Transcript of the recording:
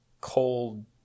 cold